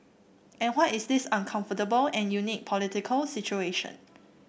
and what is this uncomfortable and unique political situation